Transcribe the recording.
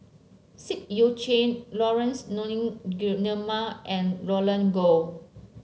Seah Eu Chin Laurence Nunns Guillemard and Roland Goh